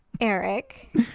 Eric